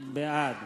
בעד